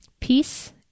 peace